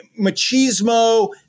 machismo